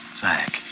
Zack